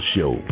Show